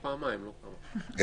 ב- (4)